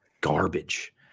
garbage